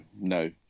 no